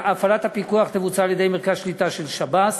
הפעלת הפיקוח תבוצע על-ידי מרכז שליטה של שב"ס,